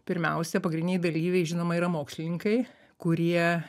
pirmiausia pagrindiniai dalyviai žinoma yra mokslininkai kurie